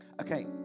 Okay